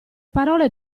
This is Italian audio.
parole